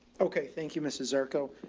okay. thank you. mrs zarko.